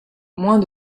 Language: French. moins